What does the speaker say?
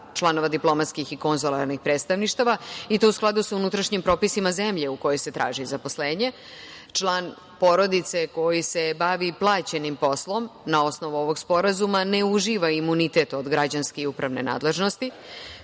članova diplomatskih i konzularnih predstavništava i to u skladu sa unutrašnjim propisima zemlje u kojoj se traži zaposlenje. Član porodice koji se bavi plaćenim poslom, na osnovu ovog sporazuma, ne uživa imunitet od građanske i upravne nadležnosti.